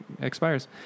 expires